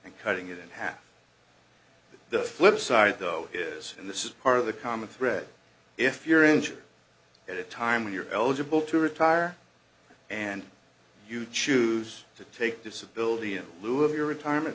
and cutting it in half but the flip side though is and this is part of the common thread if you're injured at a time when you're eligible to retire and you choose to take disability in lieu of your retirement